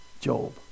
Job